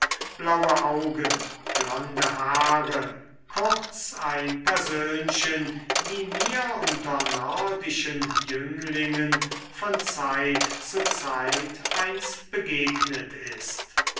blaue augen blonde haare kurz ein persönchen wie mir unter nordischen jünglingen von zeit zu zeit eins begegnet ist